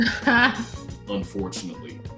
unfortunately